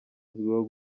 azwiho